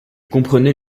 comprenait